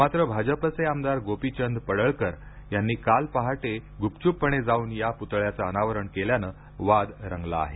मात्र भाजपचे आमदार गोपीचंद पडळकर यांनी काल पहाटे गुपचूपपणे जाऊन या पुतळ्याच अनावरण केल्यानं वाद रंगला आहे